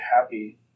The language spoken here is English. happy